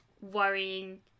worrying